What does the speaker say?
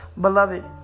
Beloved